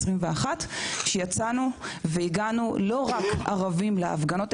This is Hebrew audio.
שיצאנו והגענו לא רק ערבים להפגנות,